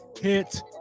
Hit